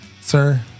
Sir